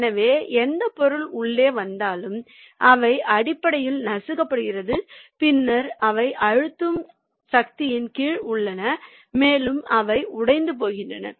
எனவே எந்தப் பொருள் உள்ளே வந்தாலும் அவை அடிப்படையில் நசுக்கப்பட்டு பின்னர் அவை அழுத்தும் சக்தியின் கீழ் உள்ளன மேலும் அவை உடைந்து போகின்றன